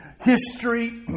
history